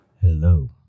Hello